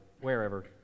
wherever